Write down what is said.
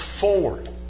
forward